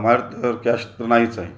माझ्याकडं तर कॅश तर नाहीच आहे